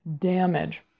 damage